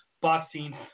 Boxing